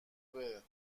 بره